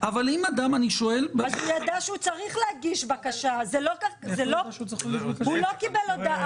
אני רואה כאן קושי משפטי שנובע מכך שיש